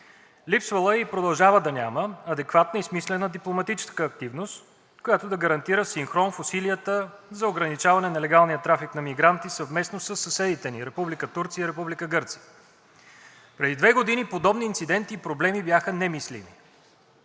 Липсвала е и продължава да няма адекватна и смислена дипломатическа активност, която да гарантира синхрон в усилията за ограничаване нелегалния трафик на мигранти съвместно със съседите ни – Република Турция и Република Гърция. Преди две години подобни инциденти и проблеми бяха немислими.